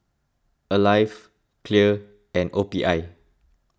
Alive Clear and O P I